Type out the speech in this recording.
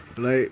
ya